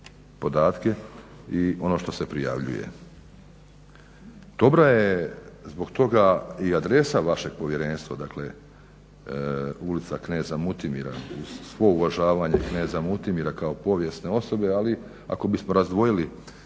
podatke i ono što se prijavljuje. Dobro je zbog toga i adresa vašeg povjerenstva, ulica kneza Mutimura uz svo uvažavanje kneza Mutimura kao povijesne osobe ali ako bismo razdvojili